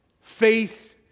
Faith